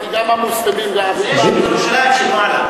זה של ירושלים של מעלה.